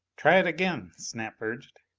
try it again, snap urged.